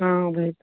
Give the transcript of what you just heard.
हँ